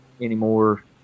anymore